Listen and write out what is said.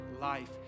life